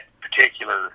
particular